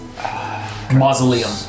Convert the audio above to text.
mausoleum